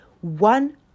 one